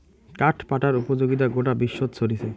কাঠ পাটার উপযোগিতা গোটা বিশ্বত ছরিচে